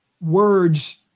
words